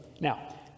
Now